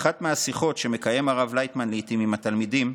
באחת מהשיחות שמקיים לעיתים הרב לייטמן עם התלמידים,